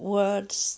words